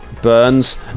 burns